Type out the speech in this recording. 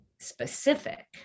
specific